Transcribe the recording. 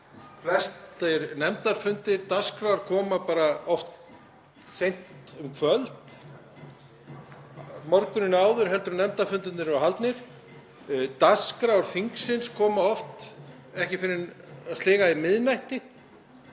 Flestir nefndarfundir, dagskrár, koma oft seint um kvöld eða morguninn áður en nefndarfundirnir eru haldnir. Dagskrár þingsins koma oft ekki fyrr en að sliga í miðnætti.